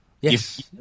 Yes